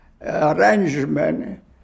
arrangement